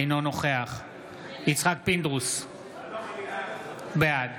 אינו נוכח יצחק פינדרוס, בעד